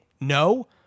No